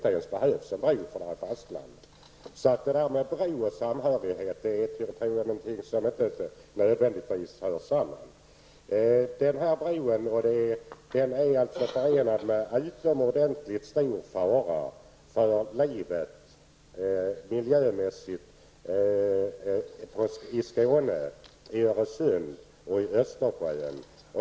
En bro och samhörighet har inte nödvändigtvis något samband. Bron utgör en utomordenligt stor fara för livet miljömässigt i Skåne, Öresund och Östersjön.